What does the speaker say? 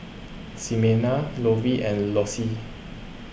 Ximena Lovey and Lossie